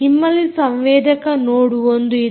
ನಿಮ್ಮಲ್ಲಿ ಸಂವೇದಕ ನೋಡ್ 1 ಇದೆ